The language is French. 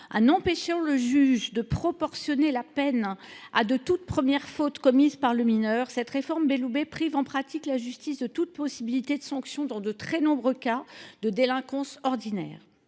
En empêchant le juge de proportionner la peine à de toutes premières fautes commises par le mineur, cette réforme prive la justice, en pratique, de toute possibilité de sanction dans de très nombreux cas de délinquance ordinaire.